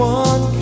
one